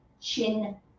Chin